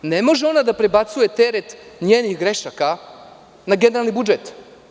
Ne može ona da prebacuje teret njenih grešaka na generalni budžet.